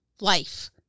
life